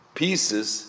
pieces